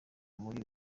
muri